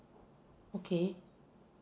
okay